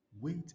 Wait